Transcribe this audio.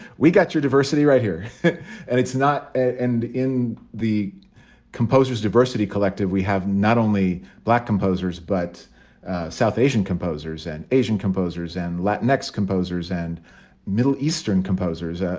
we got your diversity right here and it's not. and in the composer's diversity collective, we have not only black composers, but south asian composers and asian composers and latin composers and middle eastern composers, ah